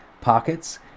pockets